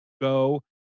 go